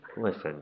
listen